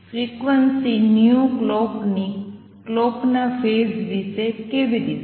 frequency clock ની clock ના phase વિશે કેવી રીતે